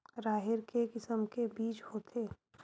राहेर के किसम के बीज होथे?